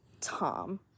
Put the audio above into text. Tom